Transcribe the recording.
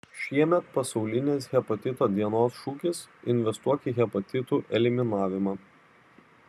šiemet pasaulinės hepatito dienos šūkis investuok į hepatitų eliminavimą